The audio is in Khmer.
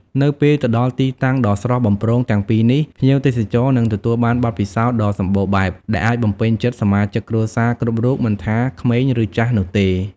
នៅពេលទៅដល់ទីតាំងដ៏ស្រស់បំព្រងទាំងពីរនេះ ភ្ញៀវទេសចរនឹងទទួលបានបទពិសោធន៍ដ៏សម្បូរបែបដែលអាចបំពេញចិត្តសមាជិកគ្រួសារគ្រប់រូបមិនថាក្មេងឬចាស់នោះទេ។